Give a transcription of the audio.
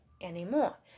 anymore